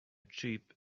cheap